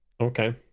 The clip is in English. Okay